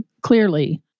clearly